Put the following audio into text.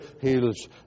heals